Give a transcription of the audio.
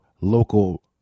local